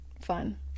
fun